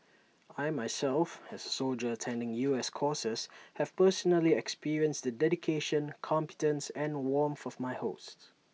I myself as soldier attending U S courses have personally experienced the dedication competence and warmth of my hosts